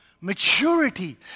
maturity